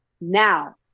Now